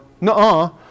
no